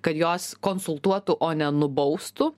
kad jos konsultuotų o ne nubaustų